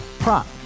Prop